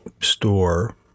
store